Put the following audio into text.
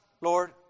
Lord